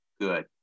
good